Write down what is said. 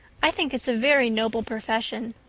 i think it's a very noble profession.